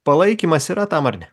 palaikymas yra tam ar ne